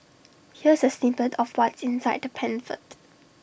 here's A snippet of what's inside the pamphlet